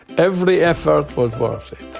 every effort was worth it.